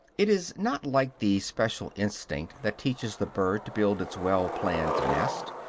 it is not like the special instinct that teaches the bird to build its well-planned nest,